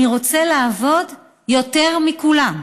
אני רוצה לעבוד יותר מכולם.